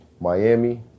Miami